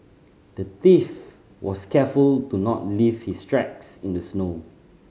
the thief was careful to not leave his tracks in the snow